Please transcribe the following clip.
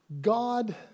God